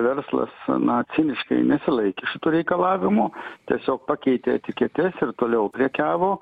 verslas na ciniškai nesilaikė šitų reikalavimų tiesiog pakeitė etiketes ir toliau prekiavo